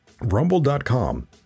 rumble.com